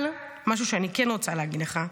אבל, משהו שאני כן רוצה להגיד לך,